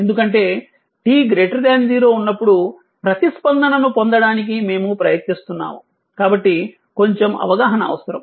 ఎందుకంటే t 0 ఉన్నప్పుడు ప్రతిస్పందనను పొందడానికి మేము ప్రయత్నిస్తున్నాము కాబట్టి కొంచెం అవగాహన అవసరం